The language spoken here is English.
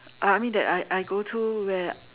uh I mean that I I go to where